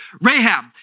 Rahab